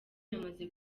yamaze